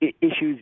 issues